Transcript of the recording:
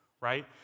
right